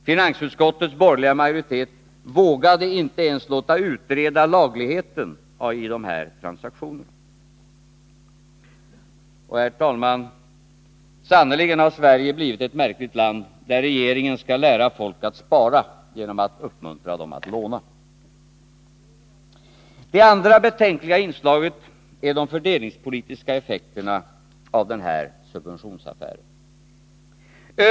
Finansutskottets borgerliga majoritet vågade inte ens låta utreda lagligheten i de här transaktionerna. Herr talman! Sannerligen har Sverige blivit ett märkligt land, där regeringen skall lära folk att spara genom att uppmuntra dem att låna. Det andra betänkliga inslaget är de fördelningspolitiska effekterna av den här subventionsaffären.